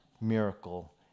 miracle